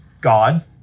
God